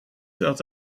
dat